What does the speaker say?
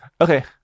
Okay